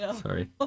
Sorry